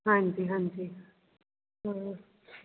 ਹਾਂਜੀ ਹਾਂਜੀ